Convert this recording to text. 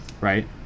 right